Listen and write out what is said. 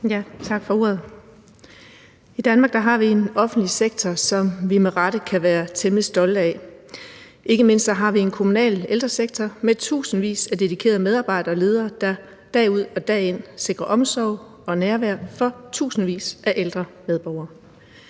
Tak for ordet. I Danmark har vi en offentlig sektor, som vi med rette kan være temmelig stolte af. Ikke mindst har vi en kommunal ældresektor med tusindvis af dedikerede medarbejdere og ledere, der dag ud og dag ind sikrer omsorg og nærvær for tusindvis af ældre medborgere.